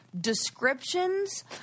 Descriptions